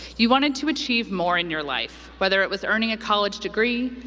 you wanted to achieve more in your life, whether it was earning a college degree,